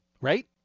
Right